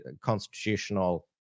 constitutional